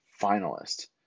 finalist